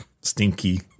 Stinky